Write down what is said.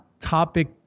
topic